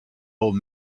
old